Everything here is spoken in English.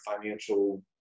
financial